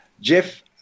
Jeff